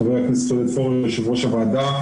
חבר הכנסת עודד פורר, יושב-ראש הוועדה.